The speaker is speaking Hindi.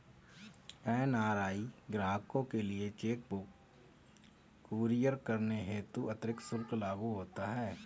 एन.आर.आई ग्राहकों के लिए चेक बुक कुरियर करने हेतु अतिरिक्त शुल्क लागू होता है